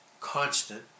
constant